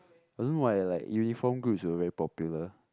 I don't know why like uniform groups were very popular